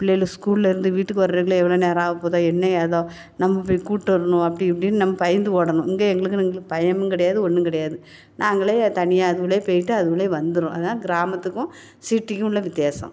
பிள்ளைகளை ஸ்கூல்லேருந்து வீட்டுக்கு வர்றத்துக்குள்ளே எவ்வளோ நேரம் ஆகப்போதோ என்ன எதோ நம்ம போய் கூப்பிட்டு வரணும் அப்படி இப்படின்னு நம்ம பயந்து ஓடணும் இங்கே எங்களுக்குன்னு எங்களுக்கு பயமும் கிடயாது ஒன்றும் கிடையது நாங்களே தனியாக அதுவுல போயிட்டு அதுவுல வந்துரும் அதான் கிராமத்துக்கும் சிட்டிக்கும் உள்ள வித்தியாசம்